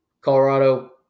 Colorado